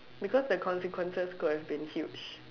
because the consequences could have been huge